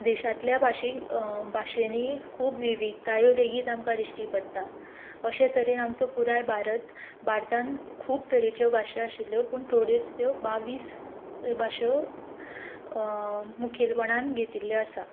देशांतल्या भाशीक भाशेनीं खूब विविधतायो लेगीत आमकां दिश्टी पडटा अशें तरेन आमचो पुराय भारत भारतांत खूब तरेच्यो भाशा आशिल्ल्यो पूण थोड्योच त्यो बाव्वीस भासो मुखेलपणान घेतिल्ल्यो आसात